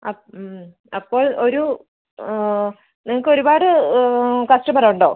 ആ അപ്പോൾ ഒരു നിങ്ങൾക്ക് ഒരുപാട് കസ്റ്റമർ ഉണ്ടോ